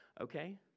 okay